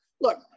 look